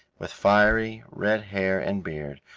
with fiery, red hair and beard,